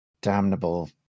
damnable